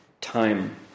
time